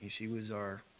she was our